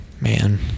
man